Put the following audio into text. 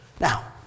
Now